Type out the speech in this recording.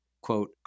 quote